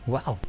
Wow